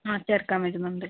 ആ ചേർക്കാൻ വരുന്നുണ്ട്